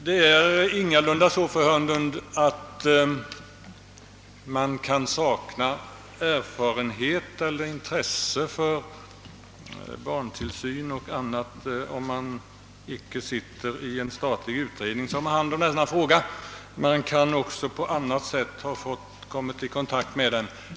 Det är ingalunda så, fru Hörnlund, att man behöver sakna erfarenhet av eller intresse för barntillsyn om man icke sitter i en statlig utredning som har hand om denna fråga — man kan på annat sätt ha kommit i kontakt med den.